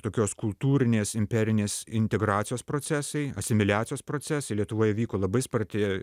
tokios kultūrinės imperinės integracijos procesai asimiliacijos procesai lietuvoje vyko labai sparti